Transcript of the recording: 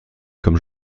comme